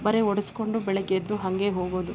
ಬರೇ ಹೊಡಸ್ಕೊಂಡು ಬೆಳಗ್ಗೆ ಎದ್ದು ಹಾಗೆ ಹೋಗೋದು